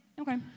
Okay